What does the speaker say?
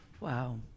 Wow